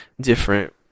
different